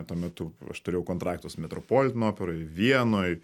tuo metu aš turėjau kontraktus metropoliten operoj vienoj